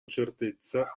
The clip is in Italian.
certezza